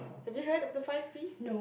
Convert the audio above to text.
have you heard of the five Cs